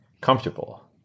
comfortable